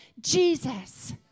Jesus